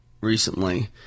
recently